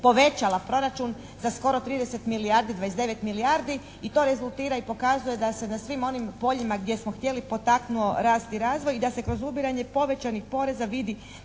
povećala proračun za skoro 30 milijardi, 29 milijardi i to rezultira i pokazuje da se na svim onim poljima gdje smo htjeli potaknuo rast i razvoj i da se kroz ubiranje povećanih poreza vidi